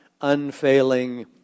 unfailing